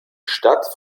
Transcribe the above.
stadt